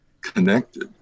connected